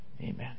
Amen